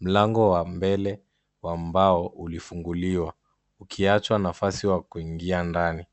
mlango wa mbele wa mbao ulifunguliwa, ukiachwa nafasi wa kuingia ndani.